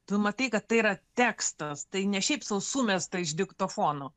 tu matai kad tai yra tekstas tai ne šiaip sau sumesta iš diktofono